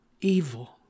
evil